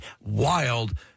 wild